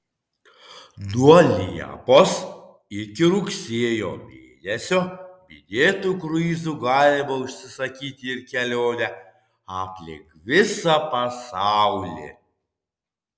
nuo liepos iki rugsėjo mėnesio minėtu kruizu galima užsisakyti ir kelionę aplink visą pasaulį